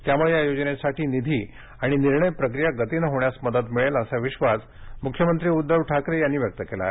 त्यामुळे या योजनेसाठी निधी आणि निर्णय प्रक्रिया गतीने होण्यास मदत मिळेल असा विश्वास मुख्यमंत्री उद्धव ठाकरे यांनी व्यक्त केला आहे